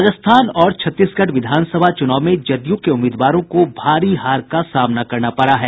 राजस्थान और छत्तीसगढ़ विधानसभा चूनाव में जदयू के उम्मीदवारों को भारी हार का सामना करना पड़ा है